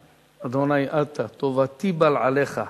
ה' אתה טובתי בל עליך.